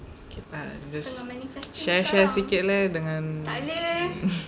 okay lah just share share sikit leh dengan